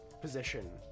position